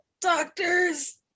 doctors